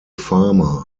farmer